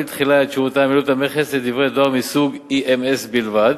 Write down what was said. תחילה את שירותי עמילות המכס לדברי דואר מסוג EMS בלבד.